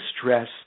stress